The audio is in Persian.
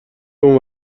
اون